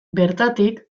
bertatik